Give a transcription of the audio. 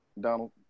Donald